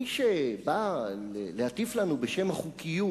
מי שבא להטיף לנו בשם החוקיות,